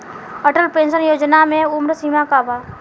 Atal pension Yojana मे उम्र सीमा का बा?